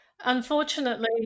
Unfortunately